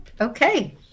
Okay